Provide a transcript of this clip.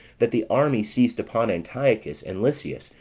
that the army seized upon antiochus, and lysias,